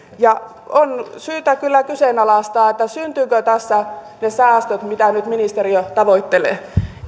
ja on syytä kyllä kyseenalaistaa syntyvätkö tässä ne säästöt mitä nyt ministeriö tavoittelee